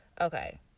Okay